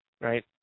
Right